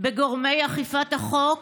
בגורמי אכיפת החוק,